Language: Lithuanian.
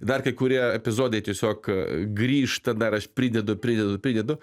dar kai kurie epizodai tiesiog grįžta dar aš pridedu pridedu pridedu